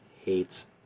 hates